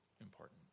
important